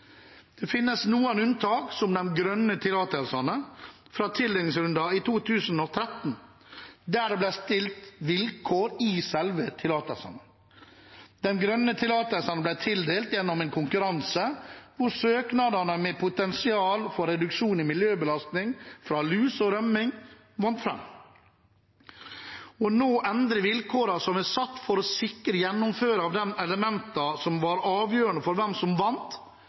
Det finnes noen unntak, som de grønne tillatelsene fra tildelingsrunden i 2013, der det ble stilt vilkår i selve tillatelsene. De grønne tillatelsene ble tildelt gjennom en konkurranse hvor søknadene med potensial for reduksjon i miljøbelastning fra lus og rømming vant fram. Nå å endre vilkårene som er satt for å sikre gjennomføringen av de elementene som var avgjørende for hvem som vant,